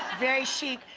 very chic.